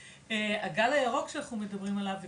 הגל הירוק שאנחנו מדברים עליו,